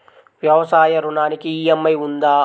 వ్యవసాయ ఋణానికి ఈ.ఎం.ఐ ఉందా?